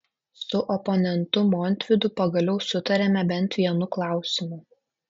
su oponentu montvydu pagaliau sutarėme bent vienu klausimu